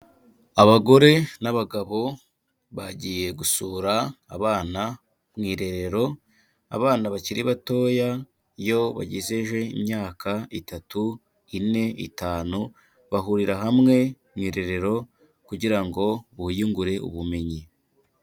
Abagore n'abagabo bagiye gusura abana mu irerero, abana bakiri batoya iyo bagezeje imyaka itatu, ine, itanu, bahurira hamwe mu irerero kugira ngo buyungure ubumenyi.